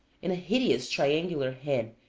and a hideous triangular head,